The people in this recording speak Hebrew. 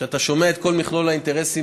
כשאתה שומע את כל מכלול האינטרסים,